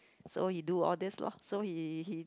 so he do all this lor so he he